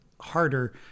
harder